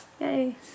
Yay